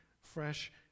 fresh